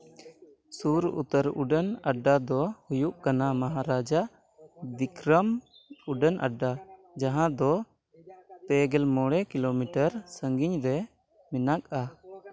ᱥᱩᱨ ᱩᱛᱟᱹᱨ ᱩᱰᱟᱹᱱ ᱟᱨᱫᱟ ᱫᱚ ᱦᱩᱭᱩᱜ ᱠᱟᱱᱟ ᱢᱚᱦᱟᱨᱟᱡᱟ ᱵᱤᱠᱨᱚᱢ ᱩᱰᱟᱹᱱ ᱟᱰᱰᱟ ᱡᱟᱦᱟᱸ ᱫᱚ ᱯᱮ ᱜᱮᱞ ᱢᱚᱬᱮ ᱠᱤᱞᱳᱢᱤᱴᱟᱨ ᱥᱟᱺᱜᱤᱧ ᱨᱮ ᱢᱮᱱᱟᱜᱼᱟ